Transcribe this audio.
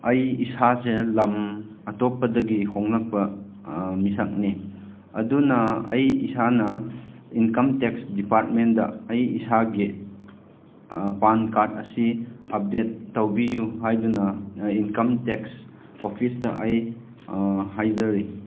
ꯑꯩ ꯏꯁꯥꯁꯦ ꯂꯝ ꯑꯇꯣꯞꯄꯗꯒꯤ ꯍꯣꯡꯉꯛꯄ ꯃꯤꯁꯛꯅꯤ ꯑꯗꯨꯅ ꯑꯩ ꯏꯁꯥꯅ ꯏꯟꯀꯝ ꯇꯦꯛꯁ ꯗꯤꯄꯥꯔꯠꯃꯦꯟꯗ ꯑꯩ ꯏꯁꯥꯒꯤ ꯄꯥꯟ ꯀꯥꯔꯠ ꯑꯁꯤ ꯑꯞꯗꯦꯠ ꯇꯧꯕꯤꯌꯨ ꯍꯥꯏꯗꯅ ꯏꯟꯀꯝ ꯇꯦꯛꯁ ꯑꯣꯐꯤꯁꯇ ꯑꯩ ꯍꯥꯏꯖꯔꯤ